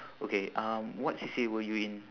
okay um what C_C_A were you in